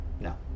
No